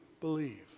believe